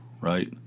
right